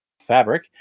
Fabric